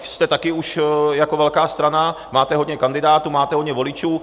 Jste také už jako velká strana, máte hodně kandidátů, máte hodně voličů.